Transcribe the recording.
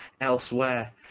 elsewhere